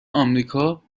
آمریکا